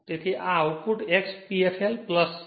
તેથી આ output X P fl લોસછે